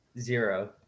Zero